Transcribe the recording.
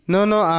Nono